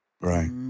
Right